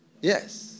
Yes